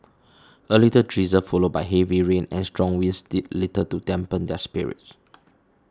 a light drizzle followed by heavy rain and strong winds did little to dampen their spirits